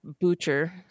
Butcher